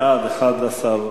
בעד, 11,